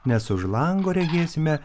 nes už lango regėsime